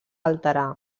alterar